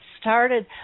started